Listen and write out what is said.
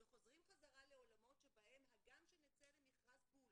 וחוזרים חזרה לעולמות שבהם גם אם נצא למכרז פול